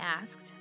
asked